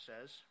says